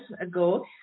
ago